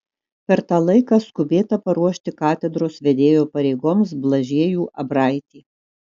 per tą laiką skubėta paruošti katedros vedėjo pareigoms blažiejų abraitį